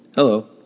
Hello